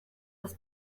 das